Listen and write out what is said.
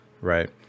right